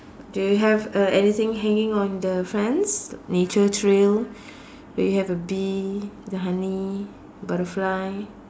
do you have a anything hanging on the fence nature trail do you have a bee the honey butterfly